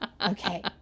Okay